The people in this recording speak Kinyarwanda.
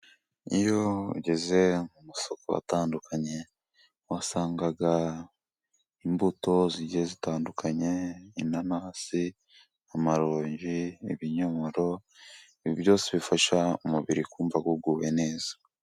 Iyo ugeze mu masoko atandukanye uhasanga imbuto zigiye zitandukanye, inanasi, amaronji n'ibinyomoro, byose bifasha umubiri kumva uguwe neza.